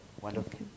Wonderful